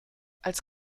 als